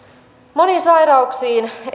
moniin sairauksiin